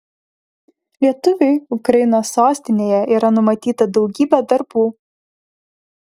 lietuviui ukrainos sostinėje yra numatyta daugybė darbų